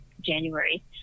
January